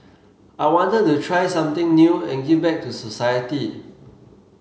I wanted to try something new and give back to society